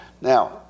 Now